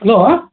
hello